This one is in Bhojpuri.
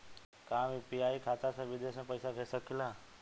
का हम यू.पी.आई खाता से विदेश में पइसा भेज सकिला?